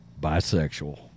bisexual